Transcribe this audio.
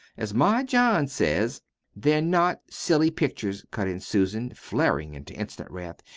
as my john says they're not silly pictures, cut in susan, flaring into instant wrath.